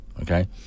okay